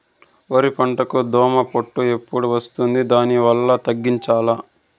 వరి పంటకు దోమపోటు ఎప్పుడు వస్తుంది దాన్ని ఎట్లా తగ్గించాలి?